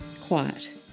quiet